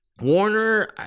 warner